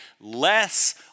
less